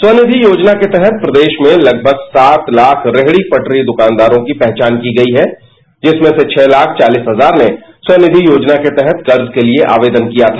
स्वनिषि योजना के तहत प्रदेश में लगभग सात लाख रेहड़ी पटरी दुकानदारों की पहचान की गई है जिसमं से छह लाख चालीस हजार ने स्वनिषि योजना के तहत कर्ज के लिए आवेदन किया था